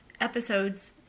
episodes